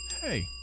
hey